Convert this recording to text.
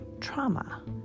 trauma